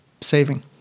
saving